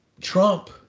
Trump